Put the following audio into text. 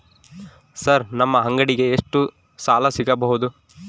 Sir ನಮ್ಮ ಅಂಗಡಿಗೆ ಎಷ್ಟು ಸಾಲ ಸಿಗಬಹುದು?